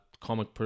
comic